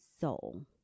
soul